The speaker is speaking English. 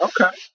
okay